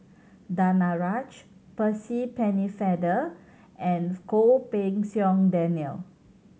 Danaraj Percy Pennefather and Goh Pei Siong Daniel